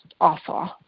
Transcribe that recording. Awful